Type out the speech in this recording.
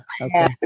Okay